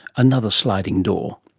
another sliding door.